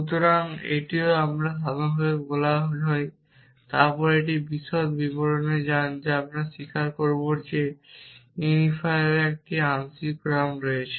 সুতরাং এটিকে আরও সাধারণ বলা হয় তারপর এটি বিশদ বিবরণে যান আমরা স্বীকার করব যে ইউনিফায়ারগুলির একটি আংশিক ক্রম রয়েছে